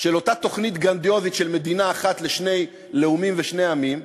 של אותה תוכנית גרנדיוזית של מדינה אחת לשני לאומים ושני עמים,